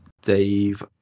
Dave